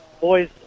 boys